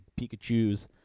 Pikachus